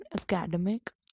academic